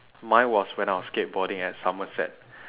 mine was when I was skateboarding at somerset